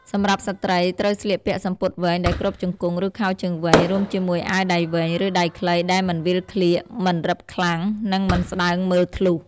សម្រាប់ស្ត្រី ត្រូវស្លៀកពាក់សំពត់វែងដែលគ្របជង្គង់ ឬខោជើងវែង រួមជាមួយអាវដៃវែង ឬដៃខ្លីដែលមិនវាលក្លៀក មិនរឹបខ្លាំង និងមិនស្តើងមើលធ្លុះ។